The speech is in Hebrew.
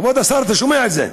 כבוד השר, אתה שומע את זה?